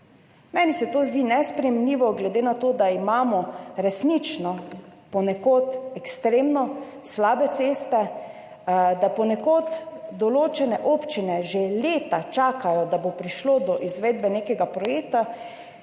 Meni se to zdi nesprejemljivo, glede na to da imamo resnično ponekod ekstremno slabe ceste, da ponekod določene občine že leta čakajo, da bo prišlo do izvedbe nekega projekta.